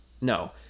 No